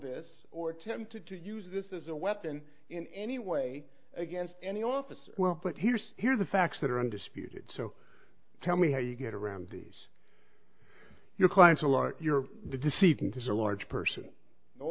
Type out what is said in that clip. this or tempted to use this as a weapon in any way against any officer well but here's here's the facts that are undisputed so tell me how you get around these your clients a lot of the deceiving because a large person